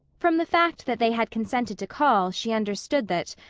from the fact that they had consented to call she understood that,